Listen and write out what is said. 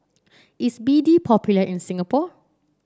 is B D popular in Singapore